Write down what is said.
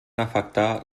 afectar